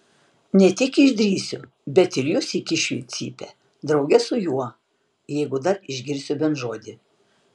ne tik išdrįsiu bet ir jus įkišiu į cypę drauge su juo jeigu dar išgirsiu bent žodį